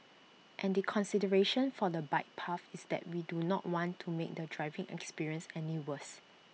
and the consideration for the bike path is that we do not want to make the driving experience any worse